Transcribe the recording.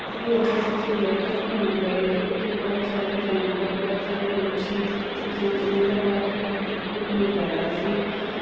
ਇੱਕ ਵਾਰੀ ਅਸੀਂ ਚਿੜੀਆ ਘਰ ਘੁੰਮਣ ਗਏ ਅਤੇ ਉੱਥੇ ਬਹੁਤ ਸਾਰੇ ਜਾਨਵਰ ਬਹੁਤ ਸਾਰੇ ਪੰਛੀ ਸਨ ਉਹਨਾਂ ਦਾ ਬਹੁਤ ਹੀ ਇੱਕ ਅਦਭੁਤ ਨਜ਼ਾਰਾ ਸੀ